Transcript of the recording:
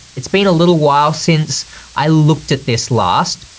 it's been a little while since i looked at this last.